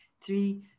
three